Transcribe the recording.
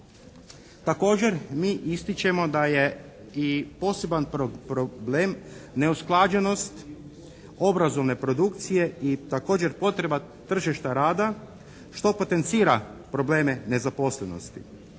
Također mi ističemo da je i poseban problem neusklađenost obrazovne produkcije i također potreba tržišta rada što potencira probleme nezaposlenosti.